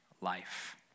life